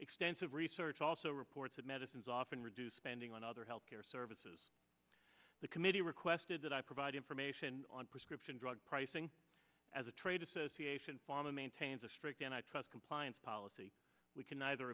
extensive research also reports of medicines often reduce spending on other health care services the committee requested that i provide information on prescription drug pricing as a trade association pharma maintains a strict and i trust compliance policy we can neither